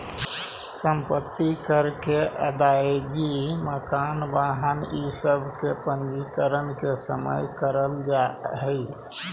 सम्पत्ति कर के अदायगी मकान, वाहन इ सब के पंजीकरण के समय करल जाऽ हई